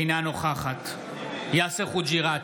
אינה נוכחת יאסר חוג'יראת,